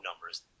numbers